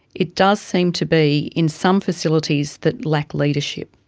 it does seem to be in some facilities that lack leadership.